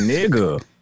Nigga